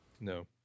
No